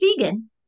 vegan